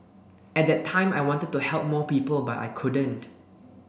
at that time I wanted to help more people but I couldn't